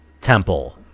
temple